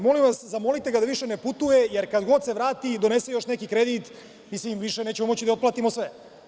Molim vas, zamolite ga da više ne putuje, jer kad god se vrati donese još neki kredit, više nećemo moći da otplatimo sve.